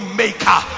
maker